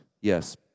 Yes